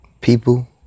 People